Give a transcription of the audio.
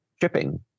shipping